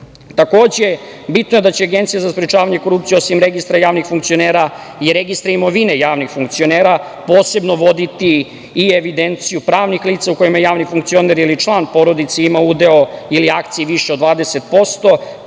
bitno je da će Agencija za sprečavanje korupcije, osim Registra javnih funkcionera i Registra imovine javnih funkcionera, posebno voditi i evidenciju pravnih lica u kojima javni funkcioner ili član porodice ima udeo ili akcije više od 20%,